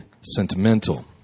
sentimental